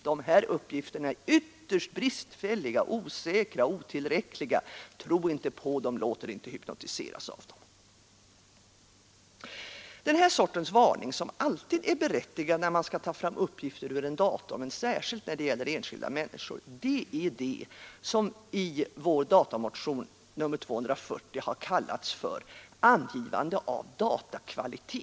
De här uppgifterna är ytterst bristfälliga, osäkra och otillräckliga. Tro inte på dem. Låt er inte hypnotiseras av dem! Den sortens varning, som alltid är berättigad när man skall ta fram uppgifter ur en dator men särskilt när det gäller enskilda människor, är det som i vår datamotion nr 240 har kallats för angivande av datakvalitet.